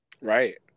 Right